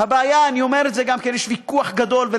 יש ויכוח גדול,